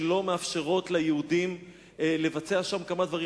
שלא מאפשרות ליהודים לבצע שם כמה דברים.